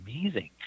amazing